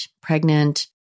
pregnant